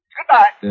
Goodbye